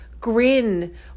grin